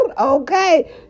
okay